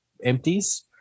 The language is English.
Empties